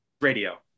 Radio